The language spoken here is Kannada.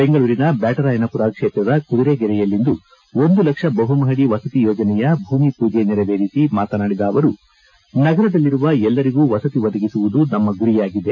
ಬೆಂಗಳೂರಿನ ಬ್ಯಾಟರಾಯನಮರ ಕ್ಷೇತ್ರದ ಕುದುರೆಗೆರೆಯಲ್ಲಿಂದು ಒಂದು ಲಕ್ಷ ಬಹು ಮಪಡಿ ವಸತಿ ಯೋಜನೆಯ ಭೂಮಿ ಪೂಜೆ ನೆರವೇರಿಸಿ ಮಾತನಾಡಿದ ಅವರು ನಗರದಲ್ಲಿರುವ ಎಲ್ಲರಿಗೂ ವಸತಿ ಒದಗಿಸುವುದು ನಮ್ಮ ಗುರಿಯಾಗಿದೆ